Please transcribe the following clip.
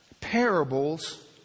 parables